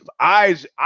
eyes